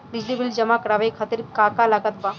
बिजली बिल जमा करावे खातिर का का लागत बा?